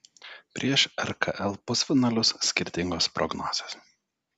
prieš rkl pusfinalius skirtingos prognozės